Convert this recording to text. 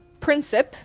Princip